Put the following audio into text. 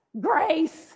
Grace